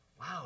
Wow